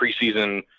preseason